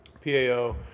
PAO